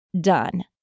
done